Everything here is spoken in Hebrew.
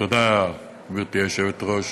תודה, גברתי היושבת-ראש.